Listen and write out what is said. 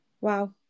Wow